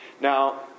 Now